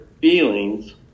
feelings